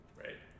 right